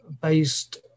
based